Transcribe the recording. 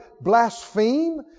blaspheme